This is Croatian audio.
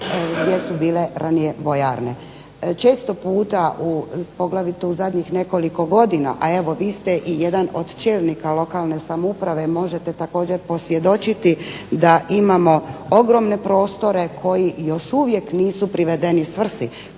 gdje su bile ranije vojarne. Često puta u, poglavito u zadnjih nekoliko godina, a evo vi ste i jedan od čelnika lokalne samouprave, možete također posvjedočiti da imamo ogromne prostore koji još uvijek nisu privedeni svrsi,